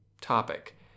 topic